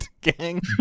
gang